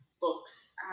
books